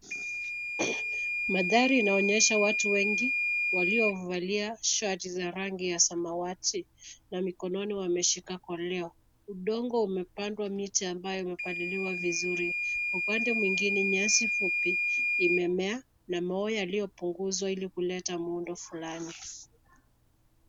Magari inaonyesha watu wengi waliovalia shati za rangi ya samawati na mikononi wameshika koleo. Udongo umepandwa miche ambayo imepaliliwa vizuri. Upande mwingine nyasi fupi imemea na maua yaliyopunguzwa ilikuleta muundo fulani.